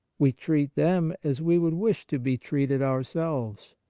we treat them as we would wish to be treated ourselves.